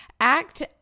act